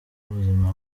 y’ubuzima